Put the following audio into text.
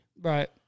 Right